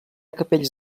capells